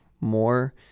more